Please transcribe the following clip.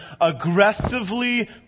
aggressively